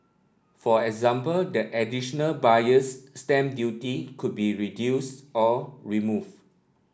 for example the additional Buyer's Stamp Duty could be reduce or remove